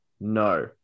No